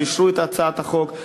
שאישרו את הצעת החוק,